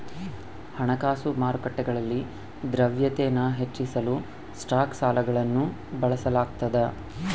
ಹಣಕಾಸು ಮಾರುಕಟ್ಟೆಗಳಲ್ಲಿ ದ್ರವ್ಯತೆನ ಹೆಚ್ಚಿಸಲು ಸ್ಟಾಕ್ ಸಾಲಗಳನ್ನು ಬಳಸಲಾಗ್ತದ